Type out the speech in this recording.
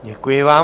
Děkuji vám.